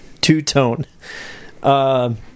Two-Tone